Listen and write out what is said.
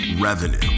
revenue